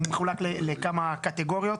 הוא מחולק לכמה קטגוריות.